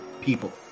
people